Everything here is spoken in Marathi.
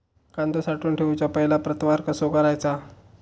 कांदो साठवून ठेवुच्या पहिला प्रतवार कसो करायचा?